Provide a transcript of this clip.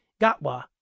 Gatwa